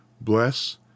bless